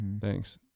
Thanks